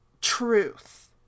truth